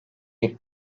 bir